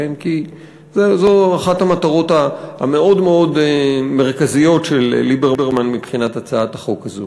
זו אחת המטרות המאוד-מאוד מרכזיות של ליברמן מבחינת הצעת החוק הזאת.